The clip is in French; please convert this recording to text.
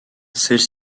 celles